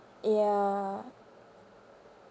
ya